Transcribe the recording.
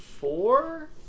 four